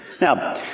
Now